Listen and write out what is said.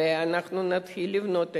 ואנחנו נתחיל לבנות.